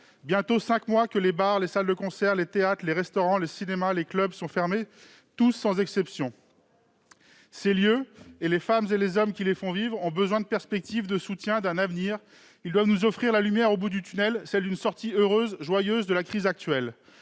bientôt cinq mois que les bars, les salles de concert, les théâtres, les restaurants, les cinémas et les clubs sont fermés, sans exception. Les femmes et les hommes qui font vivre ces lieux ont besoin de soutien et de perspectives. Ils doivent nous offrir la lumière au bout du tunnel, celle d'une sortie heureuse et joyeuse de la crise actuelle.